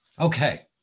Okay